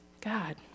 God